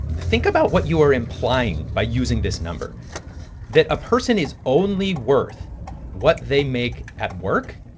think about what you are implying by using this number that a person is only worth what they make at work?